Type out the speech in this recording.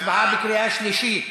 הצבעה בקריאה שלישית.